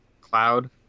Cloud